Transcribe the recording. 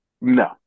no